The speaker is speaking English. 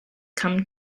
come